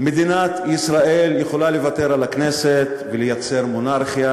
מדינת ישראל יכולה לוותר על הכנסת ולייצר מונרכיה,